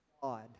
God